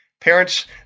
Parents